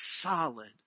solid